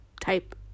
type